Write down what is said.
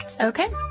Okay